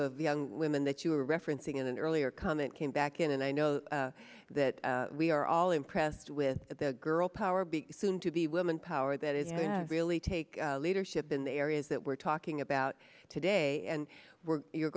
of young women that you were referencing in an earlier comment came back in and i know that we are all impressed with the girl power big soon to be women power that it really take leadership in the areas that we're talking about today and we're